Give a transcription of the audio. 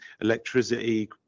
electricity